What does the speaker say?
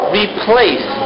replace